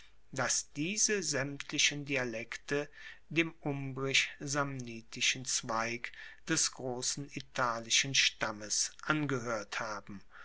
dass diese saemtlichen dialekte dem umbrisch samnitischen zweig des grossen italischen stammes angehoert haben